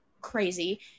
crazy